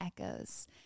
echoes